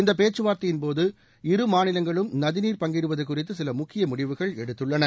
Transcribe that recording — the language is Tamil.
இந்த பேச்சுவார்த்தையின் போது இரு மாநிலங்களும் நதி நீர் பங்கிடுவது குறித்து சில முக்கிய முடிவுகள் எடுத்துள்ளன